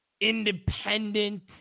independent